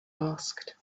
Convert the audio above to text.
asked